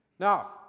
Now